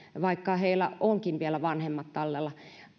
vaikka heillä onkin vielä vanhemmat tallella